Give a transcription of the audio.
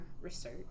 research